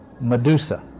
Medusa